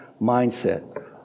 mindset